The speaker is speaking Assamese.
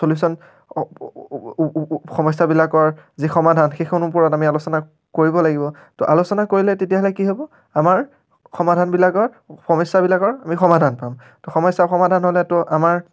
চলিউচন সমস্যাবিলাকৰ যি সমাধান সেই সম্পৰ্কত আমি আলোচনা কৰিব লাগিব তো আলোচনা কৰিলে তেতিয়া হ'লে কি হ'ব আমাৰ সমাধানবিলাকৰ সমস্যাবিলাকৰ আমি সমাধান পাম তো সমস্যা সমাধান হ'লেতো আমাৰ